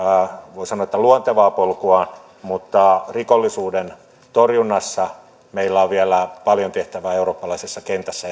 voi sanoa luontevaa polkuaan mutta rikollisuuden torjunnassa meillä on vielä paljon tehtävää eurooppalaisessa kentässä